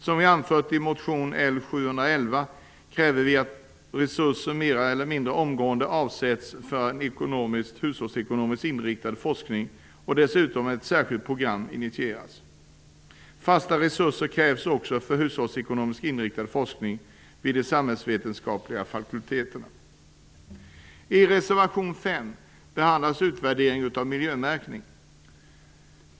Som vi anför i motion L711 kräver vi att resurser mer eller mindre omgående avsätts för hushållsekonomiskt inriktad forskning och dessutom att ett särskilt program initieras. Fasta resurser krävs också för hushållsekonomiskt inriktad forskning vid de samhällsvetenskapliga fakulteterna.